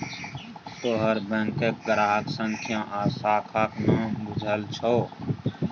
तोहर बैंकक ग्राहक संख्या आ शाखाक नाम बुझल छौ